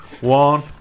one